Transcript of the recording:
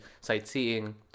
sightseeing